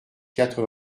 quatre